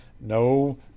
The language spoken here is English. no